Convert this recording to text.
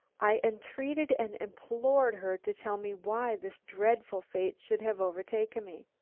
i entreated and implored her to tell me why this dreadful fate should have overtaken me.